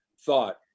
thought